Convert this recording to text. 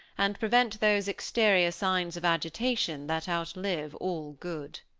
and prevent those exterior signs of agitation that outlive all good.